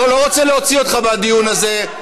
אני לא רוצה להוציא אותך מהדיון הזה.